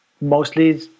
mostly